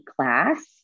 class